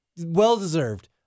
Well-deserved